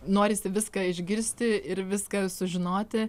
norisi viską išgirsti ir viską sužinoti